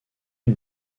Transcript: une